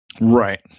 Right